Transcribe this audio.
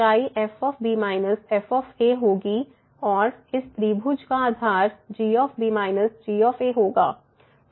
ऊँचाई f f होगी और इस त्रिभुज का आधार g g होगा